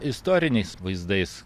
istoriniais vaizdais